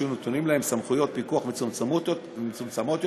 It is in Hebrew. שיהיו נתונות להם סמכויות פיקוח מצומצמות יותר,